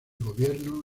gobierno